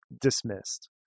dismissed